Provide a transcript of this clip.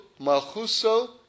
Malchuso